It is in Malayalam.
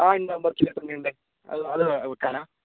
ആ ഉണ്ട് അത് വെയ്ക്കണോ